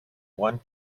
one